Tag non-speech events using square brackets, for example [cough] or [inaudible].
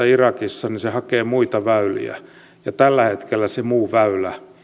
[unintelligible] irakissa niin se hakee muita väyliä ja tällä hetkellä se muu väylä